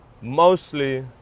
mostly